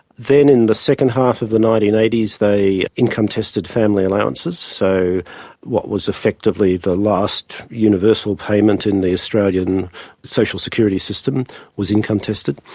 then in the second half of the nineteen eighty s they income tested family allowances, so what was effectively the last universal payment in the australian social security system was income tested.